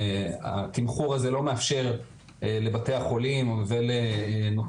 התמחור הזה לא מאפשר לבתי החולים ולנותני